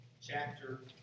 chapter